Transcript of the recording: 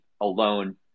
alone